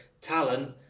talent